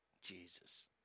Jesus